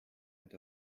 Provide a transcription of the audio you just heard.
had